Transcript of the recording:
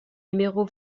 numéro